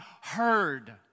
heard